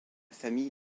famille